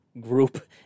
group